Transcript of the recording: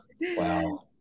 Wow